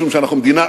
משום שאנחנו מדינה,